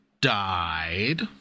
died